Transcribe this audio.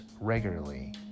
regularly